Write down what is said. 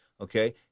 okay